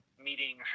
meeting